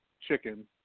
chicken